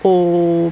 old